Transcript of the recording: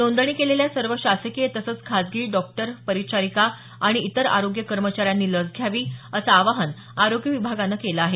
नोंदणी केलेल्या सर्व शासकीय तसंच खाजगी डॉक्टर परिचारिका आणि इतर आरोग्य कर्मचाऱ्यांनी लस घ्यावी असं आवाहन आरोग्य विभागानं केलं आहे